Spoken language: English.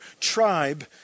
tribe